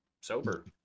sober